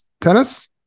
Tennis